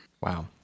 wow